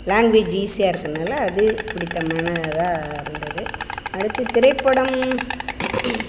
language ஈஸியாக இருக்கனால் அது பிடித்தமானதா இருந்துது அடுத்து திரைப்படம்